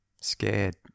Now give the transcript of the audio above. Scared